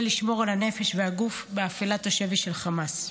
לשמור על הנפש והגוף באפלת השבי של חמאס.